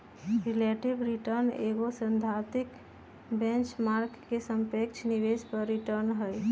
relative return एगो सैद्धांतिक benchmark के सापेक्ष निवेश पर रिटर्न हइ